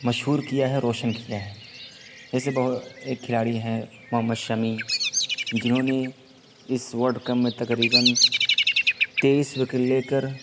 مشہور کیا ہے روشن کیا ہے جیسے ایک کھلاڑی ہیں محمد شمی جنہوں نے اس ورڈ کپ میں تقریباً تیئس وکٹ لے کر